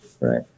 Right